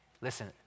Listen